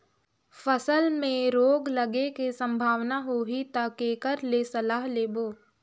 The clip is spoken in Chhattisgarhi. फसल मे रोग लगे के संभावना होही ता के कर ले सलाह लेबो?